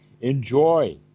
Enjoy